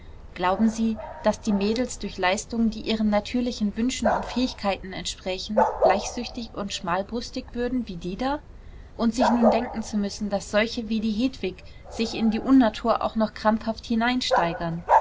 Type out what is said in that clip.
glauben sie daß die mädels durch leistungen die ihren natürlichen wünschen und fähigkeiten entsprächen bleichsüchtig und schmalbrüstig würden wie die da und sich nun denken zu müssen daß solche wie die hedwig sich in die unnatur auch noch krampfhaft